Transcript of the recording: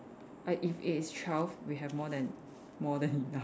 I if it is twelve we have more than more than enough